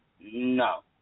no